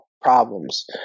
problems